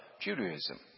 Judaism